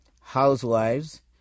housewives